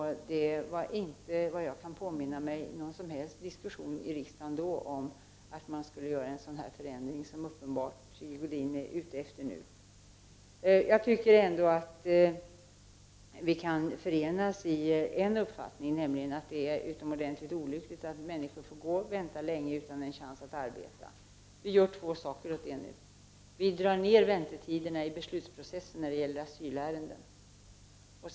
Såvitt jag kan påminna mig var det då ingen diskussion här i riksdagen om att man skulle göra en sådan ändring som uppenbart Sigge Godin är ute efter. Vi kan ändå förena oss i en uppfattning, nämligen att det är utomordentligt olyckligt att människor får vänta länge utan en chans att arbeta. Vi gör två saker åt det nu: Vi drar ner väntetiderna i beslutsprocessen när det gäller asylärenden.